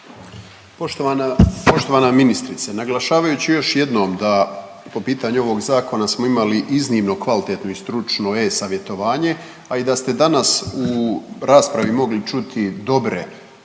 Poštovana ministrice, naglašavajući još jednom da po pitanju ovog zakona smo imali iznimno kvalitetno i stručno e-savjetovanje. A i da ste danas u raspravi mogli čuti dobre